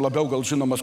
labiau gal žinomas